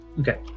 Okay